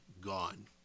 gone